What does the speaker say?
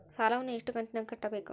ಸಾಲವನ್ನ ಎಷ್ಟು ಕಂತಿನಾಗ ಕಟ್ಟಬೇಕು?